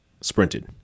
Sprinted